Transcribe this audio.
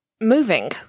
moving